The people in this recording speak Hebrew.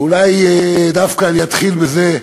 ואולי אני אתחיל דווקא בזה,